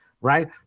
right